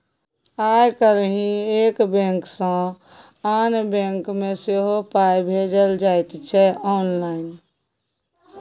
आय काल्हि एक बैंक सँ आन बैंक मे सेहो पाय भेजल जाइत छै आँनलाइन